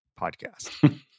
podcast